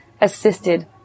assisted